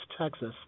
Texas